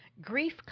Grief